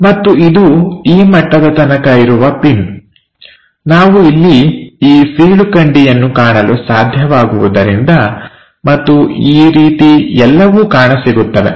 ಮತ್ತು ಇದು ಈ ಮಟ್ಟದ ತನಕ ಇರುವ ಪಿನ್ ನಾವು ಇಲ್ಲಿ ಈ ಸೀಳು ಗಂಡಿಯನ್ನು ಕಾಣಲು ಸಾಧ್ಯವಾಗುವುದರಿಂದ ಮತ್ತು ಈ ರೀತಿ ಎಲ್ಲವೂ ಕಾಣಸಿಗುತ್ತವೆ